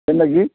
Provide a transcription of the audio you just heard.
ସେନ୍ତା କି